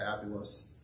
fabulous